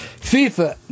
FIFA